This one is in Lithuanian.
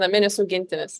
naminis augintinis